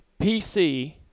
PC